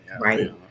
right